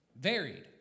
Varied